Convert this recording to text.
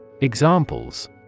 Examples